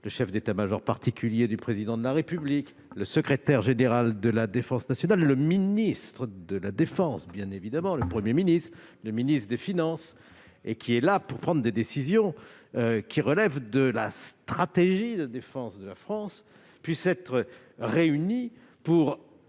le chef d'état-major particulier du Président de la République, le secrétaire général de la défense nationale, le ministre de la défense, le Premier ministre ou encore le ministre des finances, et ayant vocation à prendre des décisions relevant de la stratégie de défense de la France puisse être réunie pour